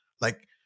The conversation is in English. Like-